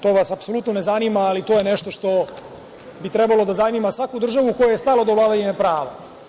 To vas apsolutno ne zanima, ali to je nešto što bi trebalo da zanima svaku državu kojoj je stalo do vladavine prava.